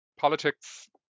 politics